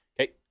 Okay